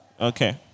Okay